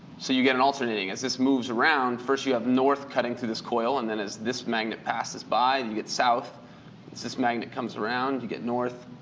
so you get an alternating. as this moves around, first you have north cutting through this coil, and then as this magnet passes by, and you get south. as this magnet comes around, you get north.